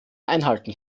einhalten